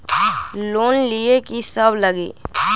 Loan लिए की सब लगी?